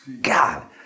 God